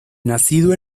nacido